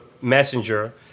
Messenger